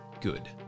good